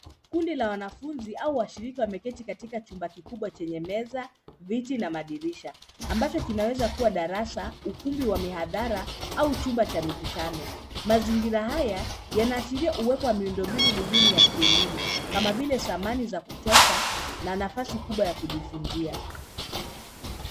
Kundi la wanafunzi au washiriki wameketi katika chumba kikubwa chenye meza, viti na madirisha, ambacho kinaweza kuwa darasa , ukumbi wa mihadhara au chumba cha mikutano. Mazingira haya yanaashiria uwepo wa miundombinu muhimu ya kielimu kama vile samani za kutosha na nafasi kubwa ya kujifunzia.